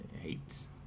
Hates